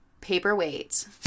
Paperweight